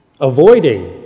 avoiding